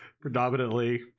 Predominantly